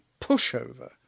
pushover